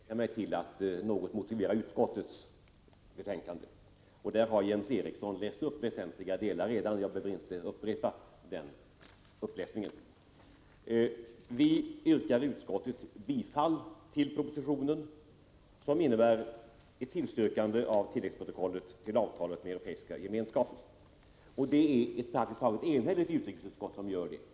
Fru talman! Utrikeshandelsministern kommer strax att delta i denna debatt, och jag kan därför inskränka mig till att något motivera utskottets betänkande. Jens Eriksson har läst upp väsentliga delar redan, och jag behöver inte upprepa den uppläsningen. Vi yrkar i utskottet bifall till propositionen, vilket innebär ett tillstyrkande av tilläggsprotokollet till avtalet med Europeiska ekonomiska gemenskapen. Det är ett praktiskt taget enhälligt utrikesutskott som gör det.